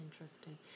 interesting